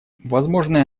возможное